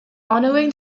honouring